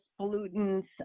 pollutants